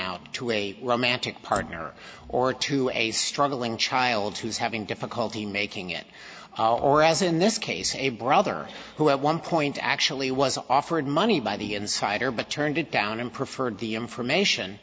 out to a romantic partner or to a struggling child who's having difficulty making it or as in this case a brother who at one point actually was offered money by the insider but turned it down and preferred the information